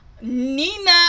Nina